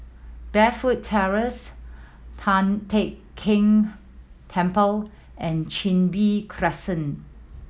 Burnfoot Terrace Tian Teck Keng Temple and Chin Bee Crescent